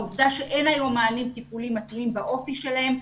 העובדה שאין היום מענים טיפוליים מתאימים באופי שלהם,